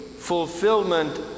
fulfillment